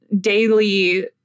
daily